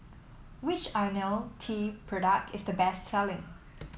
which IoniL T product is the best selling